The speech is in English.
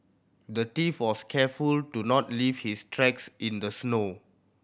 the thief was careful to not leave his tracks in the snow